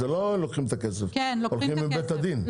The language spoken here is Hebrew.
זה לא לוקחים את הכסף, הולכים לבית הדין?